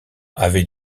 avait